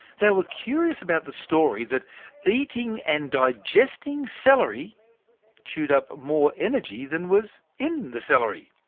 they were curious about the story that eating and digesting celery chewed up more energy than was in the celery.